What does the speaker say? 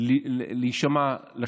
להישמע לשוטרים,